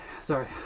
sorry